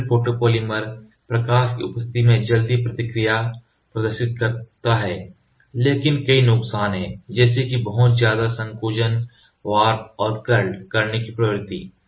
Acrylate photopolymer प्रकाश की उपस्थिति में जल्दी प्रतिक्रिया प्रदर्शित करता है लेकिन कई नुकसान हैं जैसे कि बहुत ज्यादा संकोचन वॉर्प और कर्ल करने की प्रवृत्ति